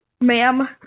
Ma'am